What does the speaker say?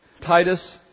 Titus